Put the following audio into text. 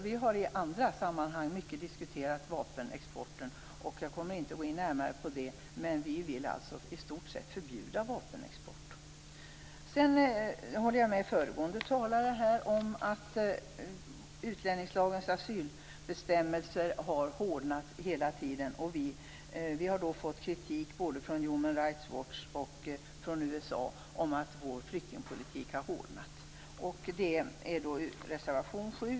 Vi har diskuterat vapenexporten mycket i andra sammanhang. Jag kommer inte att gå in närmare på det. Men vi vill alltså i stort sett förbjuda vapenexport. Sedan håller jag med föregående talare om att utlänningslagens asylbestämmelser har hårdnat hela tiden. Vi har fått kritik både från Human Rights Watch och från USA om att vår flyktingpolitik har hårdnat. Det tas upp i reservation 7.